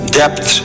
depth